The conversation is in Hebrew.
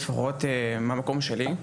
לפחות מהמקום שלי,